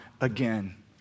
again